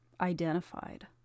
identified